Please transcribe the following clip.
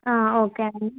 okay అండి